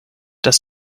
dass